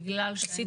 בגלל שאני אישה.